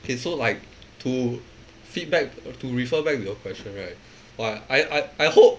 okay so like to feedback to refer back to your question right like I I I hope